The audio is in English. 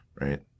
Right